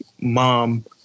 mom